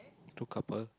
two couple